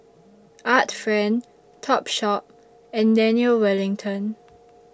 Art Friend Topshop and Daniel Wellington